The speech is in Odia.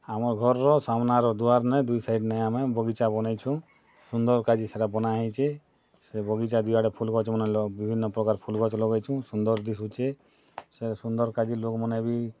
ଆମ ଘର୍ର ସାମ୍ନାର ଦୁଆର୍ ନେଇ ଦୁଇ ସାଇଡ଼୍ ନେଇ ଆମେ ବଗିଚା ବନେଇଛୁଁ ସୁନ୍ଦର୍ କାଜି ସେଇଟା ବନା ହେଇଛେ ସେ ବଗିଚା ଦୁଇ ଆଡ଼େ ଫୁଲ୍ ଗଛ୍ ମାନେ ଲ ବିଭିନ୍ନ ପ୍ରକାର୍ ଫୁଲ୍ ଗଛ୍ ଲଗେଇଚୁଁ ସୁନ୍ଦର୍ ଦିଶୁଛେଁ ସେ ସୁନ୍ଦର୍ କାଜି ଲୋକ୍ ମାନେ ବି